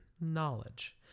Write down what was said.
Knowledge